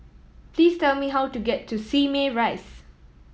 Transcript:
please tell me how to get to Simei Rise